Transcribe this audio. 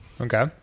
Okay